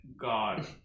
God